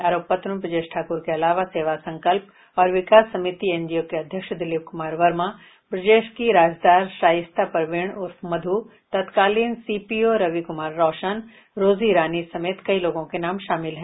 आरोप पत्र में ब्रजेश ठाकुर के अलावा सेवा संकल्प और विकास समिति एनजीओ के अध्यक्ष दिलीप कुमार वर्मा ब्रजेश की राजदार शाइस्ता परवीन उर्फ मधु तत्कालीन सीपीओ रवि कुमार रौशन रोजी रानी समेत कई लोगों के नाम शामिल हैं